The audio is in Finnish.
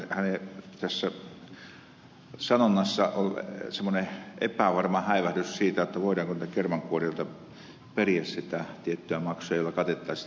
tässä hänen sanonnassaan oli semmoinen epävarma häivähdys siitä voidaanko näiltä kermankuorijoilta periä sitä tiettyä maksua jolla katettaisiin tämä yleispalveluvelvoite